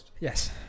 yes